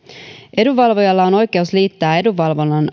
edunvalvojalla on oikeus liittää edunvalvonnan